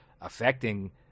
affecting